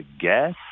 guess